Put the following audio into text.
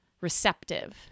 receptive